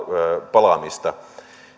palaamista